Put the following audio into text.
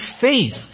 faith